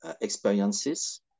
experiences